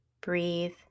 breathe